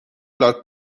لاک